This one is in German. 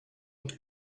und